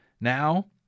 now